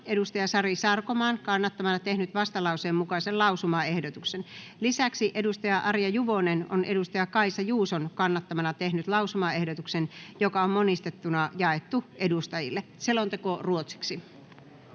Multala Sari Sarkomaan kannattamana tehnyt vastalauseen mukaisen lausumaehdotuksen. Lisäksi Arja Juvonen on Kaisa Juuson kannattamana tehnyt lausumaehdotuksen, joka on monistettuna jaettu edustajille. (Pöytäkirjan